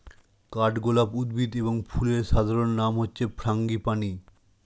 কাঠগোলাপ উদ্ভিদ এবং ফুলের সাধারণ নাম হচ্ছে ফ্রাঙ্গিপানি